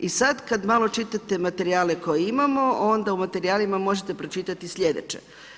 I sad kad malo čitate materijale koje imamo onda u materijalima možete pročitati slijedeće.